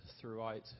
throughout